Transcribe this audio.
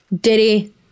Diddy